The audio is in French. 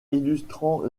illustrant